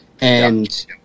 And-